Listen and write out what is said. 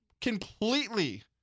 completely